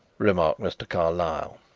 remarked mr. carlyle.